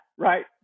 Right